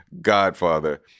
godfather